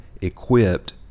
equipped